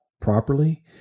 properly